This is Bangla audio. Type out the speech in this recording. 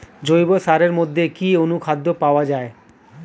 জৈব সারের মধ্যে কি অনুখাদ্য পাওয়া যায়?